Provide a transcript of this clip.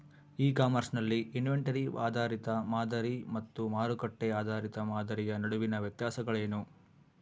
E commerce ನಲ್ಲಿ inventory ಆಧಾರಿತ ಮಾದರಿ ಮತ್ತು ಮಾರುಕಟ್ಟೆ ಆಧಾರಿತ ಮಾದರಿಯ ನಡುವಿನ ವ್ಯತ್ಯಾಸಗಳೇನು?